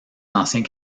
anciens